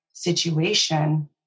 Situation